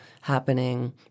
happening